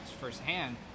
firsthand